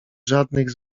żadnych